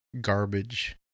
garbage